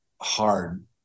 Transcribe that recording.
hard